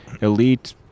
elite